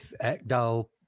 Ekdal